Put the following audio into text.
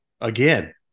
again